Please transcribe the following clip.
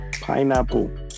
pineapple